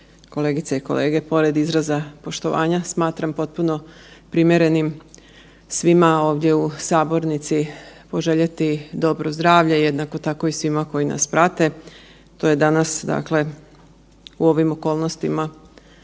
kolegice i kolege. Pored izraza poštovani smatram potpuno primjerenim svima ovdje u sabornici poželjeti dobro zdravlje, jednako tako i svima koji nas prate. To je danas dakle, u ovim okolnostima